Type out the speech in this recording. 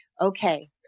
okay